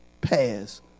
pass